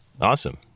Awesome